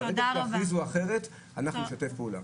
ברגע שיכריזו אחרת נשתף פעולה.